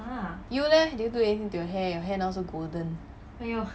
you leh did you do anything to your hair your hair now also golden